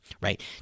Right